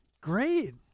Great